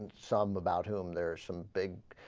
some about whom there some big ah.